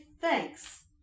thanks